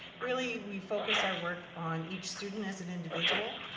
really, we focus our work on each student as an individual.